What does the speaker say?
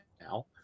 now